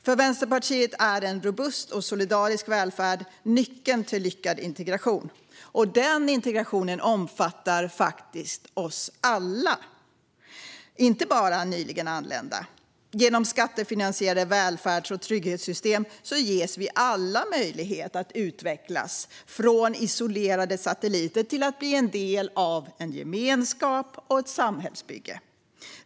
För Vänsterpartiet är en robust och solidarisk välfärd nyckeln till lyckad integration. Den integrationen omfattar oss alla, inte bara nyligen anlända. Genom skattefinansierade välfärds och trygghetssystem ges vi alla möjlighet att utvecklas från isolerade satelliter till en del av en gemenskap och ett samhällsbygge.